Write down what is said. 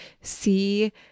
see